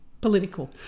political